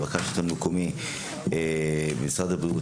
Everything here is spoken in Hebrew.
למרכז השלטון המקומי ולמשרד הבריאות,